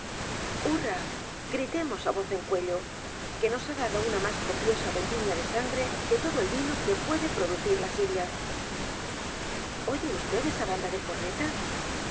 hurra gritemos á voz en cuello que nos ha dado una más copiosa vendimia de sangre que todo el vino que puede producirla siria oye vd esa banda de cornetas